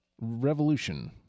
Revolution